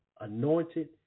Anointed